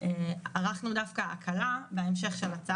בוקר טוב.